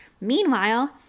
Meanwhile